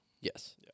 Yes